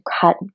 cut